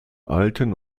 alten